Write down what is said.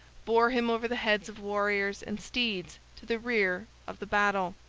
bore him over the heads of warriors and steeds to the rear of the battle.